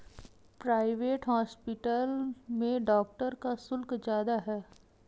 private hospital में doctor का शुल्क ज्यादा है